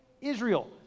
Israel